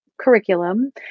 curriculum